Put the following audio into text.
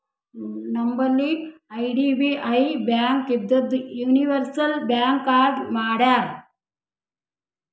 ನಂಬಲ್ಲಿ IDBI bank ಇದ್ದಿದು universal bank ಆಗಿ ಮಾಡ್ಯಾರ್